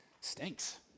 stinks